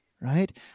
Right